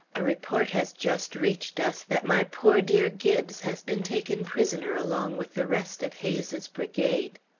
a report has just reached us that my poor dear gibbes has been taken prisoner along with the rest of hayes's brigade.